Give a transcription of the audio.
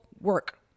work